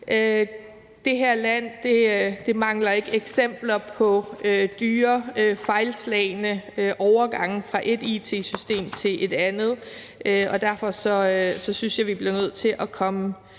Det her land mangler ikke eksempler på dyre fejlslagne overgange fra ét it-system til et andet, og derfor synes jeg, at vi bliver nødt til at komme